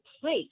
place